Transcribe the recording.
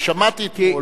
כי שמעתי אתמול